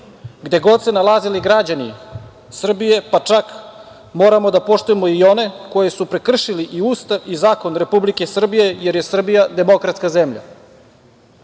gde god se nalazili građani Srbije. Čak moramo da poštujemo i one koji su prekršili i Ustav i zakon Republike Srbije, jer je Srbija demokratska zemlja. Verujem